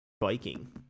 biking